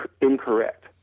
incorrect